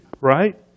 right